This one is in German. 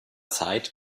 zeit